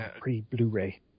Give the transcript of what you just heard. pre-Blu-ray